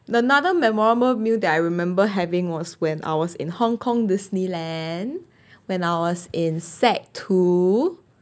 another memorable meal that I remember having was when I was in hong kong disneyland when I was in sec two